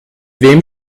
wem